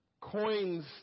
coins